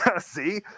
See